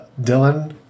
Dylan